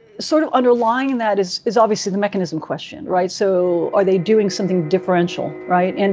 sort of underlying that is is obviously the mechanism question, right? so are they doing something differential? right? and